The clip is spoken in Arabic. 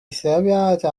السابعة